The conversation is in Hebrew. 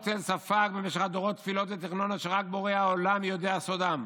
ספגו במשך הדורות תפילות ותחנונים אשר רק בורא העולם יודע סודם.